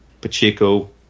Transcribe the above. Pacheco